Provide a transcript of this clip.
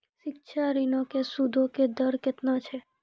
शिक्षा ऋणो के सूदो के दर केतना छै?